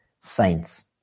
saints